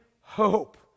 hope